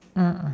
(uh huh)